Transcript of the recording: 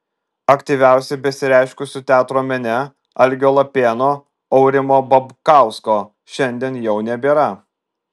aktyviausiai besireiškusių teatro mene algio lapėno aurimo babkausko šiandien jau nebėra